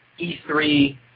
E3